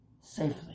safely